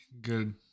good